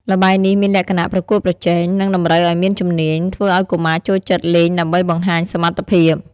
ល្បែងនេះមានលក្ខណៈប្រកួតប្រជែង និងតម្រូវឱ្យមានជំនាញ ធ្វើឱ្យកុមារចូលចិត្តលេងដើម្បីបង្ហាញសមត្ថភាព ។